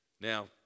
Now